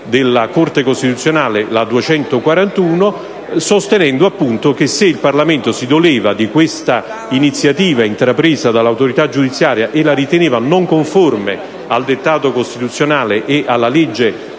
della Corte costituzionale, sostenendo che se il Parlamento si doleva di questa iniziativa intrapresa dall'autorità giudiziaria e la riteneva non conforme al dettato costituzionale e alla legge